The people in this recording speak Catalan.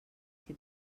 que